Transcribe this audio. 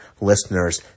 listeners